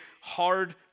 hard